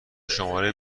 شماره